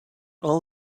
all